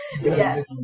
Yes